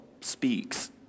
speaks